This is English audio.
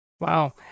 Wow